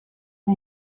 que